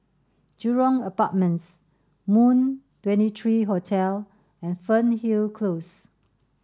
Jurong Apartments Moon twenty three Hotel and Fernhill Close